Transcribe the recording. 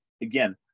again